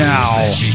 Now